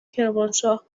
کرمانشاه